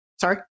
sorry